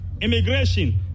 immigration